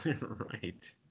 right